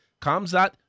Kamzat